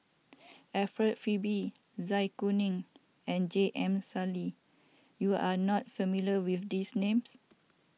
Alfred Frisby Zai Kuning and J M Sali you are not familiar with these names